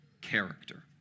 character